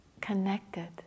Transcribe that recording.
connected